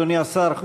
אדוני השר,